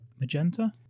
Magenta